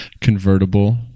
convertible